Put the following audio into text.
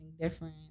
different